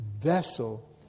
vessel